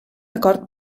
acord